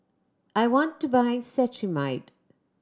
I want to buy Cetrimide